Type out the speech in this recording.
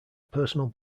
personal